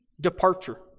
departure